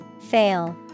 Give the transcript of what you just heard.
Fail